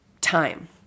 time